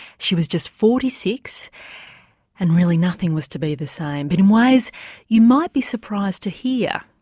she was just forty six and really nothing was to be the same but in ways you might be surprised to hear.